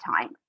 time